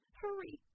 Hurry